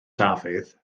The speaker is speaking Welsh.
dafydd